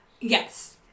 Yes